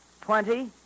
twenty